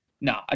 No